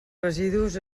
residus